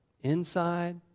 inside